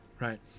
right